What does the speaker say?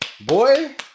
boy